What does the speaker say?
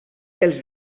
els